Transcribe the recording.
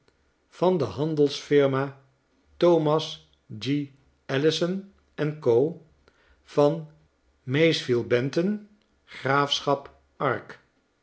van de handelsfirma thomas g allison en go van maysville benton graafschap ark